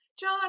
John